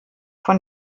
von